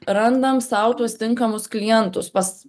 randam sau tuos tinkamus klientus pas